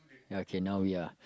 ya okay now we are